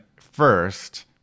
first